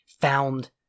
found